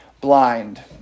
blind